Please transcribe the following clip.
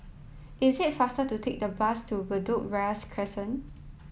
is it faster to take the bus to Bedok Ria Crescent